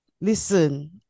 Listen